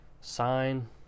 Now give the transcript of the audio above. sign